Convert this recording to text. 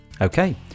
Okay